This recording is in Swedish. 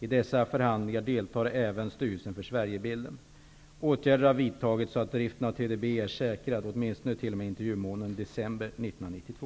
I dessa förhandlingar deltar även Styrelsen för Åtgärder har vidtagits så att driften av TDB är säkrad åtminstone t.o.m. intervjumånaden december 1992.